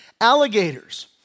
alligators